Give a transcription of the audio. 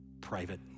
private